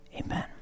Amen